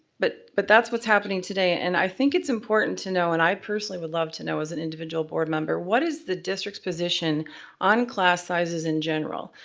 but but that's what's happening today and i think it's important to know, and i personally would love to know as an individual board member, what is the district's position on class sizes in general?